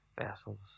vessels